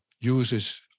uses